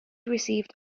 received